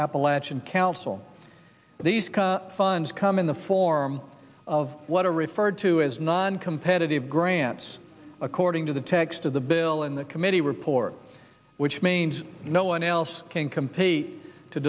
appalachian council these funds come in the form of what are referred to as non competitive grants according to the text of the bill in the committee report which means no one else can compete to